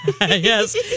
Yes